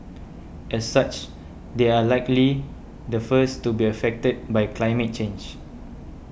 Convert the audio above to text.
as such they are likely the first to be affected by climate change